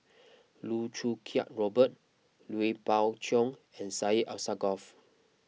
Loh Choo Kiat Robert Lui Pao Chuen and Syed Alsagoff